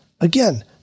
again